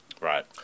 right